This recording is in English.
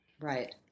right